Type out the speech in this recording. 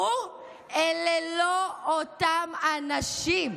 ברור, אלה לא אותם אנשים.